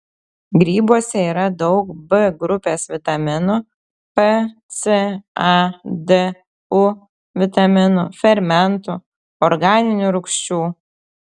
grybuose yra daug b grupės vitaminų p c a d u vitaminų fermentų organinių rūgščių